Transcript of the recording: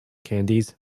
candies